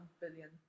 billion